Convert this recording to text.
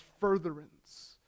furtherance